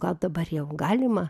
gal dabar jau galima